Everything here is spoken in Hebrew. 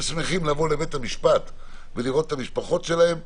שמחים לבוא לבית המשפט ולראות את המשפחות שלהם,